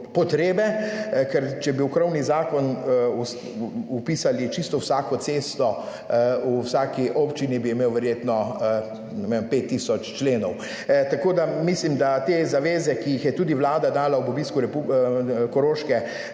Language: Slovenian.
potrebe, ker če bi v krovni zakon vpisali čisto vsako cesto v vsaki občini, bi imel verjetno, ne vem, 5 tisoč členov. Tako da, mislim, da te zaveze, ki jih je tudi Vlada dala ob obisku Koroške